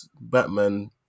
Batman